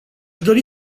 dori